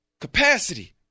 capacity